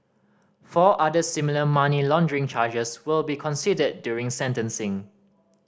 four other similar money laundering charges will be considered during sentencing